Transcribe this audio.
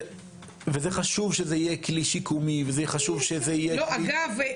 זה חשוב שזה יהיה כלי שיקומי וחשוב שזה יהיה --- אגב,